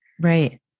Right